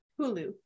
Hulu